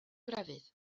grefydd